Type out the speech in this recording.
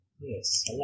Yes